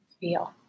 feel